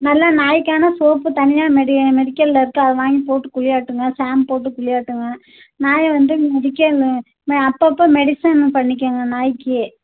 நல்லா நாயிக்கான சோப்பு தனியாக மெடி மெடிக்கலில் இருக்குது அதை வாங்கிப் போட்டு குளியாட்டுங்க ஷாம்பு போட்டு குளியாட்டுங்க நாயை வந்து மெடிக்கல் அப்போ அப்போ மெடிசன் பண்ணிக்கோங்க நாயிக்கு